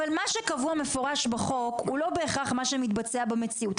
אבל מה שקבוע במפורש בחוק הוא לא בהכרח מה שמתבצע במציאות.